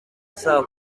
saa